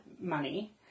money